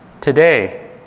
Today